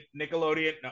Nickelodeon